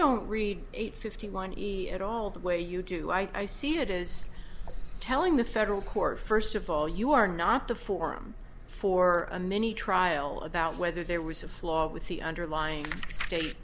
don't read eight fifty one easy at all the way you do i see it is telling the federal court first of all you are not the forum for a mini trial about whether there was a flaw with the underlying state